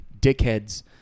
dickheads